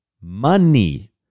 money